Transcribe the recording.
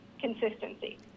consistency